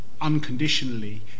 unconditionally